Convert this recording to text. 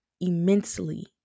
immensely